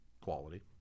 Quality